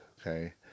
okay